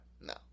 No